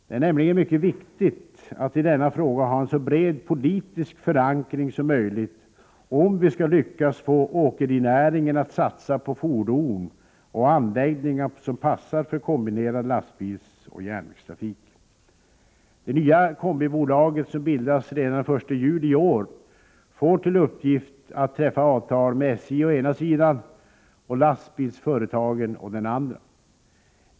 Det är nämligen mycket viktigt att i denna fråga ha en så bred politisk förankring som möjligt, om vi skall lyckas få åkerinäringen att satsa på fordon och anläggningar som passar för en kombinerad lastbils-järnvägstrafik. Det nya kombibolaget, som bildas redan den 1 juli i år, får till uppgift att träffa avtal med SJ å ena sidan och lastbilsföretagen å den andra.